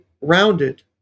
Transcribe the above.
rounded